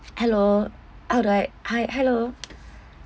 hello how do I hi hello